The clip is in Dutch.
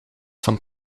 van